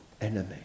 enemy